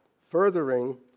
furthering